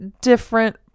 different